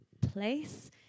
place